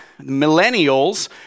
Millennials